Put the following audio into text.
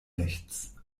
nichts